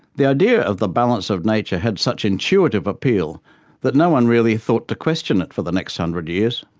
the idea of the balance of nature had such intuitive appeal that no one really thought to question it for the next one hundred years.